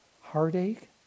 heartache